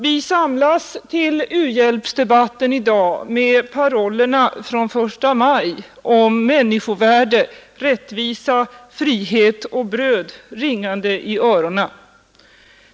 Vi samlas till u-landsdebatten i dag med parollerna från första maj om människovärde, rättvisa, frihet och bröd ringande i öronen.